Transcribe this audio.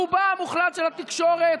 רובה המוחלט של התקשורת